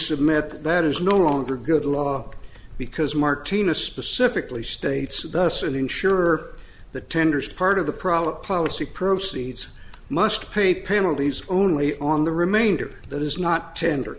submit that is no longer good law because martina specifically states thus and ensure that tenders part of the problem policy proceeds must pay penalties only on the remainder that is not tender